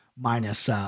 minus